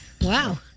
Wow